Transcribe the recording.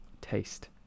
taste